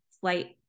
flight